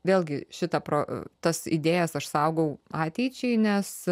vėlgi šitą pro tas idėjas aš saugau ateičiai nes